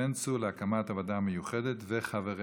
בן צור על הקמת הוועדה המיוחדת וחבריה.